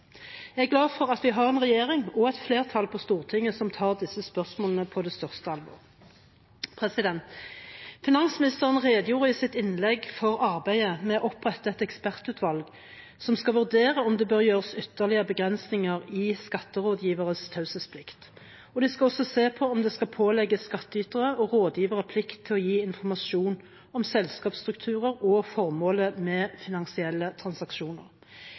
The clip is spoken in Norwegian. Jeg er glad for at vi har en regjering og et flertall på Stortinget som tar disse spørsmålene på det største alvor. Finansministeren redegjorde i sitt innlegg for arbeidet med å opprette et ekspertutvalg som skal vurdere om det bør gjøres ytterligere begrensninger i skatterådgiveres taushetsplikt, og de skal også se på om det skal pålegges skattytere og rådgivere plikt til å gi informasjon om selskapsstrukturer og formålet med finansielle transaksjoner.